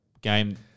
game